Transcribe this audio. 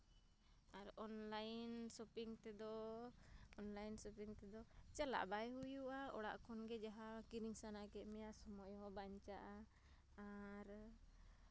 ᱟᱨ online shopping ᱛᱮᱫᱚ online shopping ᱛᱮᱫᱚ ᱪᱟᱞᱟᱜ ᱵᱟᱭ ᱦᱩᱭᱩᱜᱼᱟ ᱚᱲᱟᱜ ᱠᱷᱚᱱ ᱜᱮ ᱡᱟᱦᱟᱸ ᱠᱤᱨᱤᱧ ᱥᱟᱱᱟ ᱠᱮᱫ ᱢᱮᱭᱟ ᱥᱚᱢᱚᱭ ᱦᱚᱸ ᱵᱟᱧᱪᱟᱜᱼᱟ ᱟᱨ